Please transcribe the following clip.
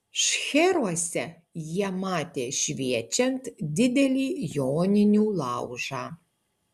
šcheruose jie matė šviečiant didelį joninių laužą